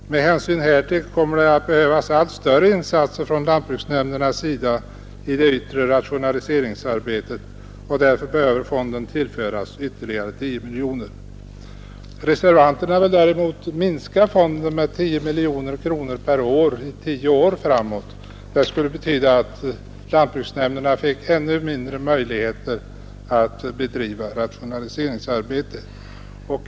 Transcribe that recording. Med hänsyn härtill kommer det att behövas allt större insatser från lantbruksnämndernas sida i det yttre rationaliseringsarbetet.” Därför behöver fonden tillföras ytterligare 10 miljoner kronor, anser lantbruksstyrelsen. Reservanterna vill däremot minska fonden med 10 miljoner kronor per år under 10 år framåt. Det skulle betyda att lantbruksnämnderna fick ännu mindre möjligheter att bedriva rationaliseringsarbete.